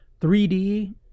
3d